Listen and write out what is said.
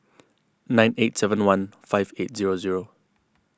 nine eight seven one five eight zero zero